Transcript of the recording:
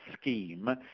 scheme